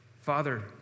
Father